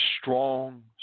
strong